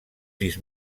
sis